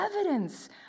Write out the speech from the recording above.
evidence